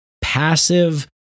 passive